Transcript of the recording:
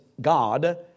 God